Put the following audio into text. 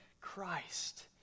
Christ